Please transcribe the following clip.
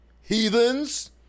heathens